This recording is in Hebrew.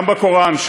גם בקוראן,